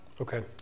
okay